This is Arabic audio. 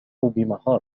بمهارة